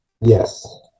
Yes